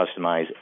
customize